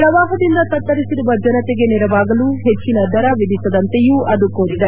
ಪ್ರವಾಹದಿಂದ ತತ್ತಿರಿಸಿರುವ ಜನತೆಗೆ ನೆರವಾಗಲು ಹೆಚ್ಚಿನ ದರ ವಿಧಿಸದಂತೆಯೂ ಅದು ಕೋರಿದೆ